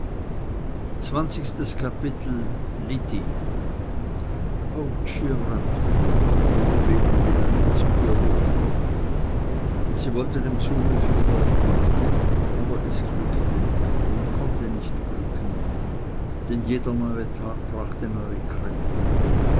dear hatte rubehn melanie zugerufen und sie wollte dem zurufe folgen aber es glückte nicht konnte nicht glücken denn jeder neue tag brachte neue kränkungen